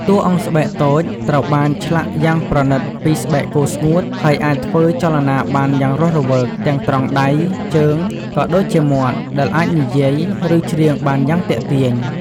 តួអង្គស្បែកតូចត្រូវបានឆ្លាក់យ៉ាងប្រណិតពីស្បែកគោស្ងួត ហើយអាចធ្វើចលនាបានយ៉ាងរស់រវើក ទាំងត្រង់ដៃ ជើង ក៏ដូចជាមាត់ ដែលអាចនិយាយ ឬច្រៀងបានយ៉ាងទាក់ទាញ ។